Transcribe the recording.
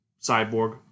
cyborg